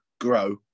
grow